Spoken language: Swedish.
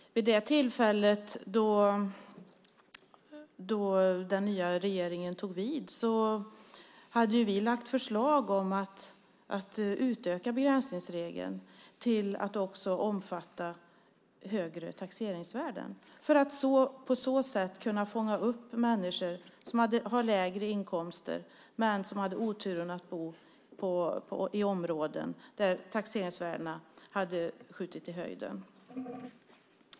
Då den nya regeringen tog vid hade vi lagt fram förslag om att utöka begränsningsregeln till att också omfatta högre taxeringsvärden för att på så sätt kunna fånga upp människor som har lägre inkomster men som hade oturen att bo i områden där taxeringsvärdena hade skjutit i höjden.